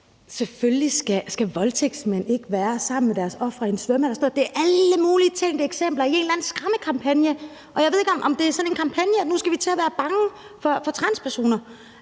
Selvfølgelig skal voldtægtsmænd ikke være sammen med deres ofre i en svømmehal og sådan noget. Det er alle mulige tænkte eksempler i en eller anden skræmmekampagne. Jeg ved ikke, om det er en kampagne, der går ud på, at nu skal vi til at være bange for transpersoner.